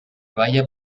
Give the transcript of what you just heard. balla